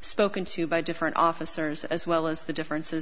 spoken to by different officers as well as the differences